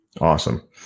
Awesome